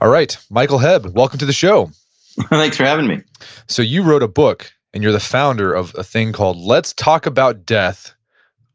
all right, michael hebb, welcome to the show thanks for having me so you wrote a book and you're the founder of a thing called let's talk about death